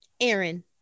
aaron